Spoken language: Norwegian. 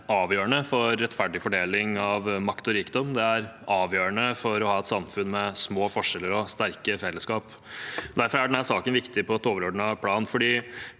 for rettferdig fordeling av makt og rikdom, det er avgjørende for å ha et samfunn med små forskjeller og sterke fellesskap. Derfor er denne saken viktig på et overordnet plan,